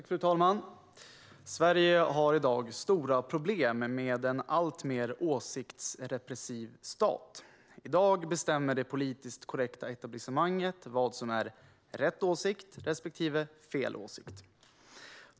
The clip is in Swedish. Fru talman! Sverige har stora problem med en alltmer åsiktsrepressiv stat. I dag bestämmer det politiskt korrekta etablissemanget vad som är "rätt" respektive "fel" åsikt.